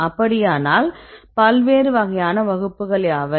அப்படியானால் பல்வேறு வகையான வகுப்புகள் யாவை